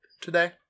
today